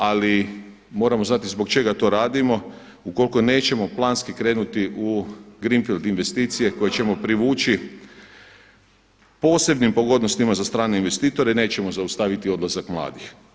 Ali, moramo znati zbog čega to radimo ukoliko nećemo planski krenuti u greenfield investicije koje ćemo privući posebnim pogodnostima za strane investitore i nećemo zaustaviti odlazak mladih.